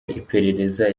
iperereza